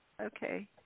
Okay